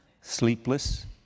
sleepless